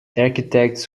architects